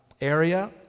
area